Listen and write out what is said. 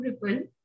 Ripple